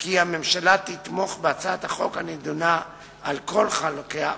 כי הממשלה תתמוך בהצעת החוק הנדונה על כל חלקיה,